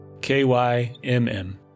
K-Y-M-M